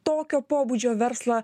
tokio pobūdžio verslą